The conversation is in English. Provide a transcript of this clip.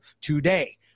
today